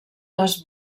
les